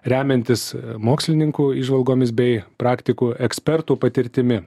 remiantis mokslininkų įžvalgomis bei praktikų ekspertų patirtimi